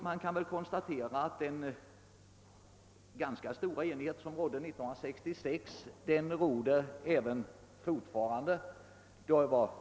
Man kan väl konstatera att den ganska stora enigheten 1966 fortfarande råder.